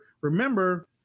remember